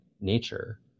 nature